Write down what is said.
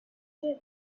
said